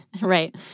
Right